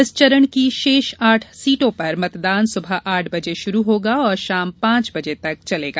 इस चरण की शेष आठ सीटो पर मतदान सुबह आठ बजे शुरू होगा और शाम पांच बजे तक चलेगा